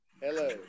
Hello